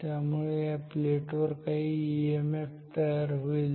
त्यामुळे या प्लेट वर काही ईएमएफ तयार होईल